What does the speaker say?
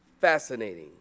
fascinating